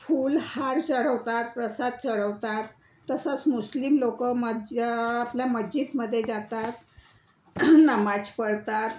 फूल हार चढवतात प्रसाद चढवतात तसंच मुस्लिम लोक मज आपल्या मश्जिदमध्ये जातात नमाज पढतात